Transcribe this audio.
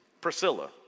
Priscilla